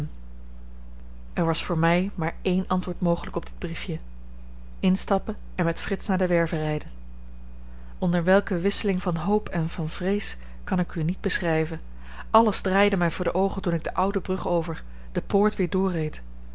er was voor mij maar één antwoord mogelijk op dit briefje instappen en met frits naar de werve rijden onder welke wisseling van hoop en van vrees kan ik u niet beschrijven alles draaide mij voor de oogen toen ik de oude brug over de poort weer